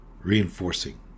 reinforcing